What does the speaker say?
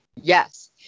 Yes